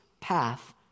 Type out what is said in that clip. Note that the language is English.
path